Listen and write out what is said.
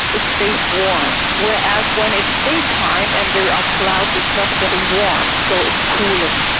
it stays warm, whereas when it's daytime and there are clouds it's not getting warm, so it's cooling.